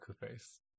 face